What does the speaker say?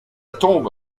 tombe